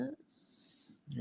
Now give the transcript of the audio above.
Yes